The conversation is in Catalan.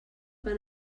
van